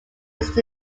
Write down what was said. used